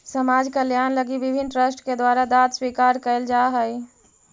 समाज कल्याण लगी विभिन्न ट्रस्ट के द्वारा दांत स्वीकार कैल जा हई